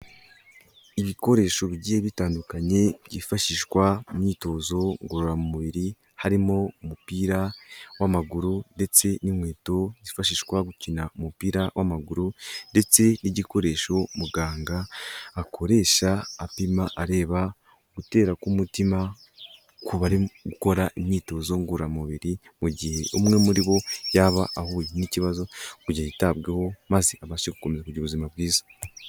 Ibikoresho bigiye bitandukanye, byifashishwa mu myitozo ngororamubiri, harimo umupira w'amaguru ndetse n'inkweto zifashishwa mu gukina umupira w'amaguru, ndetse n'igikoresho muganga akoresha apima, areba ugutera k'umutima ku bari gukora imyitozo ngororamubiri, mu gihe umwe muri bo yaba ahuye n'ikibazo kugira ngo yitabweho, maze abashe gukomeza kugira ubuzima bwiza.